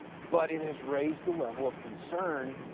but it has raised the level of concern,